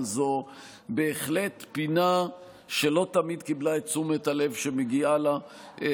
אבל זו בהחלט פינה שלא תמיד קיבלה את תשומת הלב שמגיעה לה.